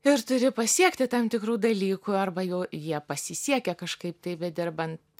ir turi pasiekti tam tikrų dalykų arba jau jie pasisiekia kažkaip tai bedirbant